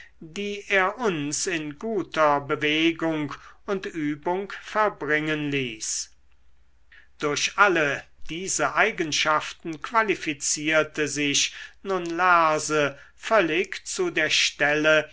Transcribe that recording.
die er uns in guter bewegung und übung verbringen hieß durch alle diese eigenschaften qualifizierte sich nun lerse völlig zu der stelle